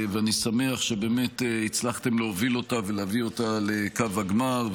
ואני שמח שהצלחתם להוביל אותה ולהביא אותה לקו הגמר,